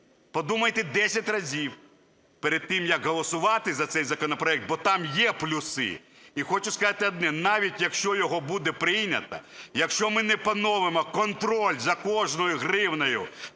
подумайте десять разів перед тим, як голосувати за цей законопроект, бо там є плюси. І хочу сказати одне. Навіть якщо його буде прийнято, якщо ми не поновимо контроль за кожною гривнею